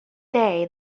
day